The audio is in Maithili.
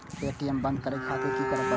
ए.टी.एम बंद करें खातिर की करें परतें?